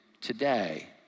today